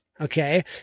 okay